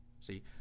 See